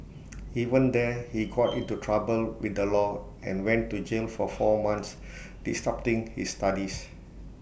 even there he got into trouble with the law and went to jail for four months disrupting his studies